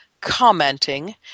commenting